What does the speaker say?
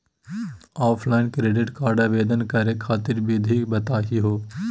Offline credit card आवेदन करे खातिर विधि बताही हो?